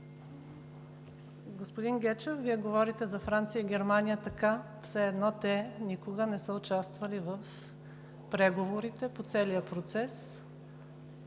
Господин Гечев, Вие говорите за Франция и Германия така, все едно те никога не са участвали в преговорите по целия процес